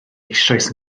eisoes